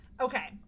Okay